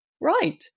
right